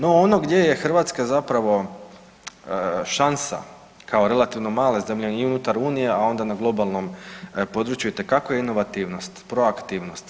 No, ono gdje je Hrvatska zapravo šansa kao relativno mala zemlja i unutar Unije, a onda i na globalnom području je itekako inovativnost, proaktivnost.